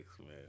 man